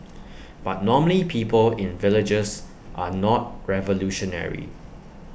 but normally people in villages are not revolutionary